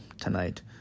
tonight